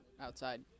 outside